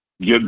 get